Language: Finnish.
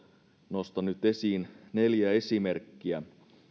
nostan nyt esiin neljä esimerkkiä